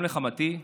וגם לחמותי,